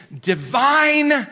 divine